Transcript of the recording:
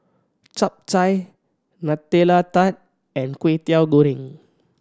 Chap Chai Nutella Tart and Kway Teow Goreng